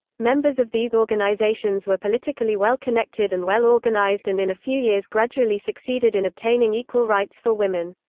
members of these organisations were politically well-connected and well organised and in a few years gradually succeeded in obtaining equal rights for women.